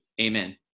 Amen